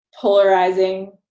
polarizing